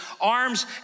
arms